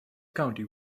county